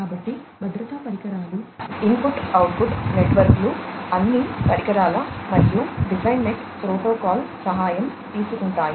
కాబట్టి భద్రతా పరికరాలు ఇన్పుట్ అవుట్పుట్ నెట్వర్క్లు అన్నీ పరికరాల మరియు డివైస్నెట్ ప్రోటోకాల్ సహాయం తీసుకుంటాయి